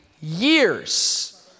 years